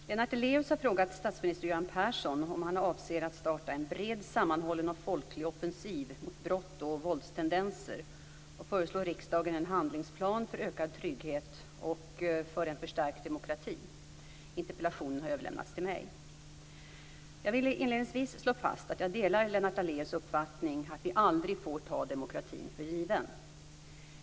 Fru talman! Lennart Daléus har frågat statsminister Göran Persson om han avser att starta en bred, sammanhållen och folklig offensiv mot brott och våldstendenser och föreslå riksdagen en handlingsplan för ökad trygghet och för en förstärkt demokrati. Interpellationen har överlämnats till mig. Jag vill inledningsvis slå fast att jag delar Lennart Daléus uppfattning, att vi aldrig får ta demokratin för given.